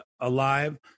alive